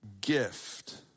gift